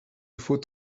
faut